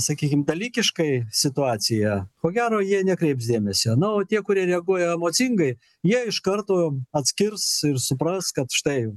sakykim dalykiškai situaciją ko gero jie nekreips dėmesio na o tie kurie reaguoja emocingai jie iš karto atskirs ir supras kad štai